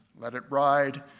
let it ride.